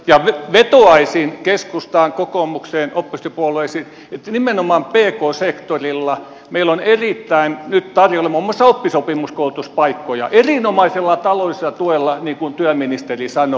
ja vetoaisin keskustaan kokoomukseen oppositiopuolueisiin että nimenomaan pk sektorilla meillä on nyt tarjolla muun muassa oppisopimuskoulutuspaikkoja erinomaisella taloudellisella tuella niin kuin työministeri sanoi